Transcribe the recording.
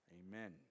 amen